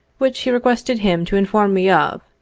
which he requested him to inform me of,